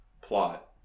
plot